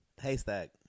Haystack